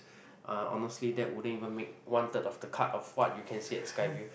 uh honestly that wouldn't even make one third of the cut of what you can see at Skyview